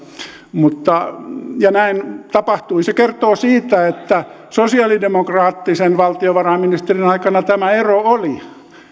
ja näin tapahtui se kertoo siitä että sosialidemokraattisen valtiovarainministerin aikana tämä ero oli